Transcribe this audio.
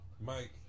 Mike